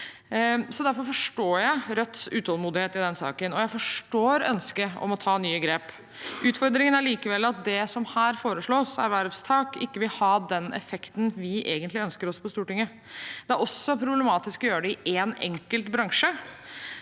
Derfor forstår jeg Rødts utålmodighet i denne saken, og jeg forstår ønsket om å ta nye grep. Utfordringen er likevel at det som her foreslås, ervervstak, ikke vil ha den effekten vi egentlig ønsker oss på Stortinget. Det er også problematisk å gjøre det i én enkelt bransje.